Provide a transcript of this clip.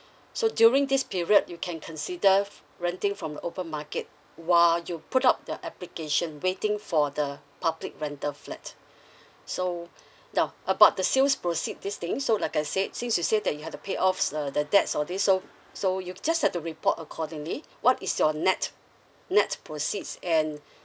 so during this period you can consider renting from the open market while you put up the application waiting for the public rental flat so now about the sales proceed this thing so like I said since you say that you have to pay off err the debts all these so so you just have to report accordingly what is your net net proceeds and